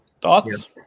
Thoughts